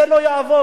זה לא יעבוד.